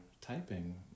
typing